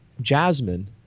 Jasmine